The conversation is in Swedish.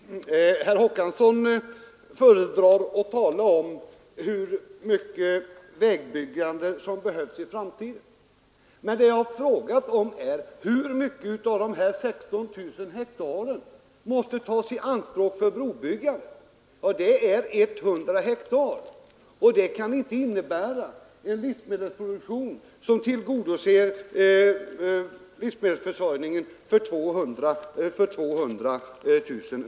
Herr talman! Herr Håkansson föredrar att tala om hur mycket vägbyggande som behövs i framtiden. Men frågan gäller hur mycket av dessa 16 000 hektar som måste tas i anspråk för brobyggandet. Jo, det är 100 hektar. Dessa kan inte ge en produktion som tillgodoser livsmedelsförsörjningen för 200 000 människor.